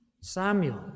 Samuel